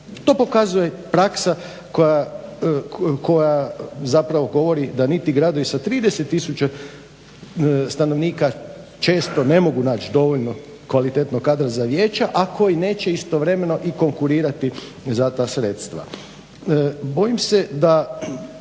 To pokazuje praksa koja zapravo govori da niti gradovi sa 30000 stanovnika često ne mogu naći dovoljno kvalitetnog kadra za vijeća, a koji neće istovremeno i konkurirati za ta sredstva.